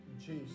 Jesus